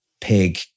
pig